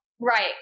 Right